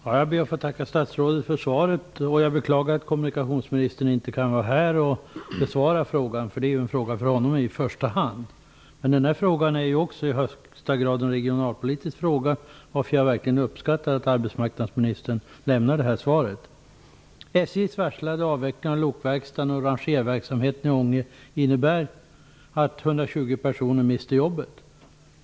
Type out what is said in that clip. Herr talman! Jag ber att få tacka statsrådet för svaret. Jag beklagar att kommunikationsministern inte kan vara här och besvara frågan, för det är i första hand en fråga för honom. Men frågan är också i högsta grad en regionalpolitisk fråga, varför jag verkligen uppskattar att arbetsmarknadsministern lämnar detta svar. personer mister jobbet.